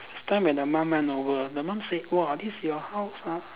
last time when the mum went over the mum said !wah! this is your house ah